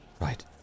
Right